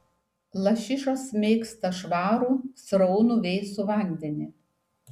lašišos mėgsta švarų sraunų vėsų vandenį